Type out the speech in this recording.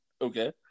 Okay